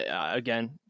again